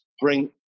bring